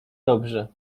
dobrze